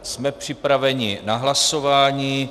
Jsme připraveni na hlasování.